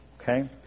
Okay